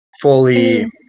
fully